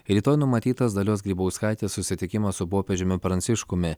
rytoj numatytas dalios grybauskaitės susitikimas su popiežiumi pranciškumi